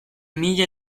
mila